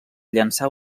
llançar